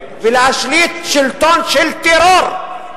ולהשליט שלטון של טרור,